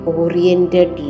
oriented